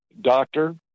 doctor